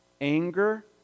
anger